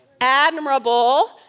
admirable